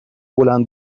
بلند